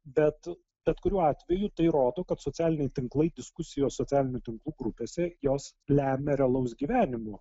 bet bet kuriuo atveju tai rodo kad socialiniai tinklai diskusijos socialinių tinklų grupėse jos lemia realaus gyvenimo